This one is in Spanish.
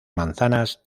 manzanas